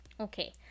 Okay